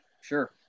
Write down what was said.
Sure